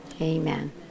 amen